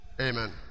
Amen